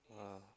ah